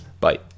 Bye